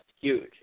huge